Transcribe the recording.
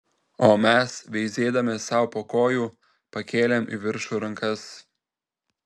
o mes veizėdami sau po kojų pakėlėm į viršų rankas